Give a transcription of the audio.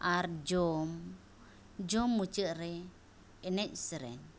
ᱟᱨ ᱡᱚᱢ ᱡᱚᱢ ᱢᱩᱪᱟᱹᱫᱨᱮ ᱮᱱᱮᱡᱼᱥᱮᱨᱮᱧ